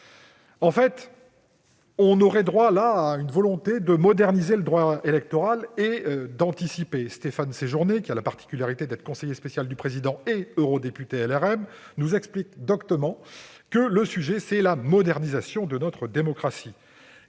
serait là la manifestation d'une volonté de moderniser le droit électoral et d'anticiper. Stéphane Séjourné, qui a la particularité d'être conseiller spécial du Président et eurodéputé LREM, nous explique doctement que le sujet, c'est la modernisation de notre démocratie.